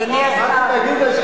אדוני השר,